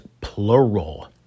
plural